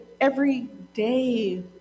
everyday